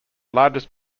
largest